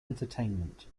entertainment